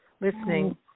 listening